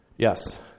Yes